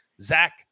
Zach